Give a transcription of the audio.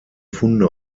funde